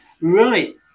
Right